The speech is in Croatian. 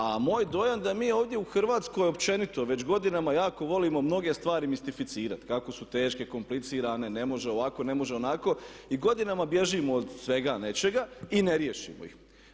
A moj dojam da mi ovdje u Hrvatskoj općenito već godinama jako volimo mnoge stvari mistificirati kako su teške, komplicirane, ne može ovako, ne može onako i godinama bježimo od svega nečega i ne riješimo ih.